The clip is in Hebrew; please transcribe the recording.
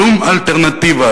שום אלטרנטיבה.